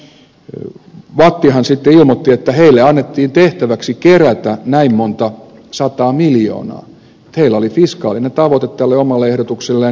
no vattihan sitten ilmoitti että heille annettiin tehtäväksi kerätä näin monta sataa miljoonaa että heillä oli fiskaalinen tavoite tälle omalle ehdotukselleen